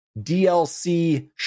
DLC